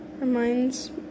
reminds